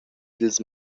dils